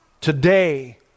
Today